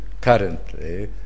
currently